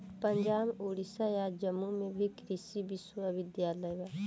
पंजाब, ओडिसा आ जम्मू में भी कृषि विश्वविद्यालय बा